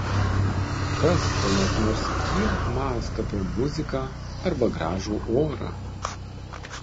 kas tuomet nors kiek mąsto apie muziką arba gražų orą